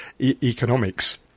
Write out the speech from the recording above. economics